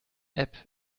app